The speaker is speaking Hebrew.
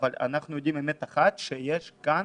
אבל אנחנו יודעים אמת אחת: יש כאן